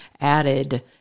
added